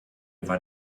war